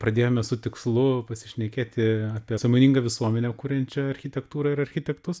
pradėjome su tikslu pasišnekėti apie sąmoningą visuomenę kuriančią architektūrą ir architektus